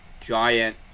giant